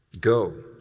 go